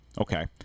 Okay